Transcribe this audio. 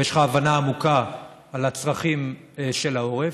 ויש לך הבנה עמוקה של הצרכים של העורף.